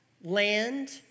land